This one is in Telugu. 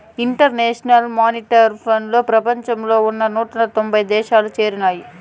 ఇంటర్నేషనల్ మానిటరీ ఫండ్లో ప్రపంచంలో ఉన్న నూట తొంభై దేశాలు చేరినాయి